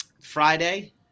Friday